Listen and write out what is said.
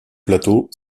plateaux